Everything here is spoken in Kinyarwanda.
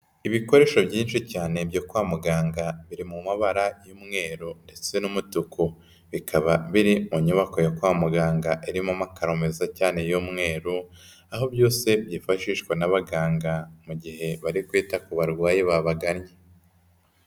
Ibikoresho byinshi cyane byo kwa muganga, biri mu mabara y'umweru ndetse n'umutuku, bikaba biri mu nyubako yo kwa muganga, irimo amakaro meza cyane y'umweru, aho byose byifashishwa n'abaganga, mu gihe bari kwita ku barwayi babagannye.